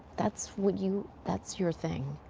that's what you that's your thing.